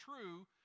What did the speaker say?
true